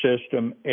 system